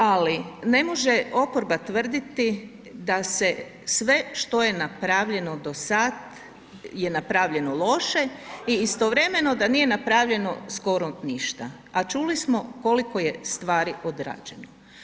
Ali ne može oporba tvrditi da je sve što je napravljeno do sad je napravljeno loše i istovremeno da nije napravljeno skoro ništa, a čuli smo koliko je stvari odrađeno.